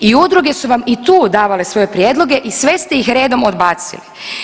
I udruge su vam i tu davale svoje prijedloge i sve ste ih redom odbacili.